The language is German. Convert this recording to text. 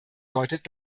deutet